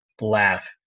Laugh